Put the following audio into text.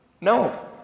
No